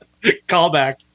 Callback